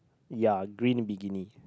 ya green bikini